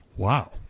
Wow